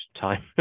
time